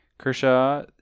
Kershaw